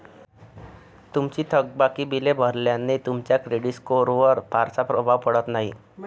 तुमची थकबाकी बिले भरल्याने तुमच्या क्रेडिट स्कोअरवर फारसा प्रभाव पडत नाही